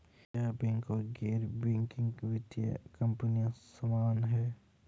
क्या बैंक और गैर बैंकिंग वित्तीय कंपनियां समान हैं?